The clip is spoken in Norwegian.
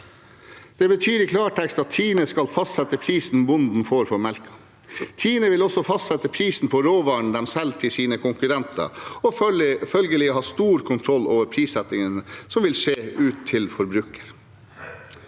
Dette betyr i klartekst at TINE skal fastsette prisen bonden får for melken. TINE vil også fastsette prisen på råvarene de selger til sine konkurrenter, og følgelig ha stor kontroll over prissettingen som vil skje ut til forbruker.